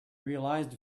realized